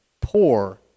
poor